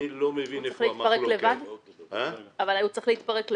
אני לא מבין איפה המחלוקת --- הוא יתפרק לבד?